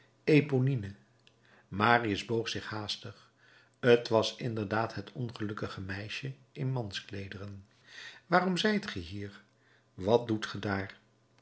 eponine marius boog zich haastig t was inderdaad het ongelukkig meisje in manskleederen waarom zijt ge hier wat doet ge daar